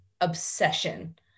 obsession